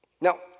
Now